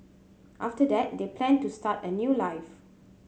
after that they planned to start a new life